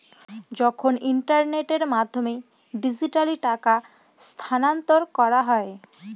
যখন ইন্টারনেটের মাধ্যমে ডিজিট্যালি টাকা স্থানান্তর করা হয়